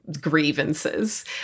grievances